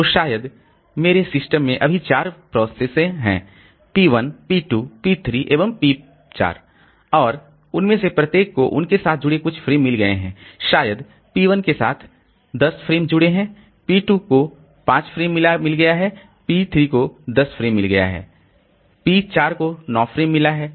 तो शायद मेरे सिस्टम में अभी 4 प्रोसेसएँ हैं p 1 p 2 p 3 एवं p 4 और उनमें से प्रत्येक को उनके साथ जुड़े कुछ फ्रेम मिल गए हैं शायद p 1 के साथ 10 फ्रेम जुड़े हैं p 2 को 5 फ्रेम मिल गया है पी 3 को 10 फ्रेम मिल गया है पी 4 को 9 फ्रेम मिला है